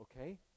okay